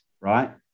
right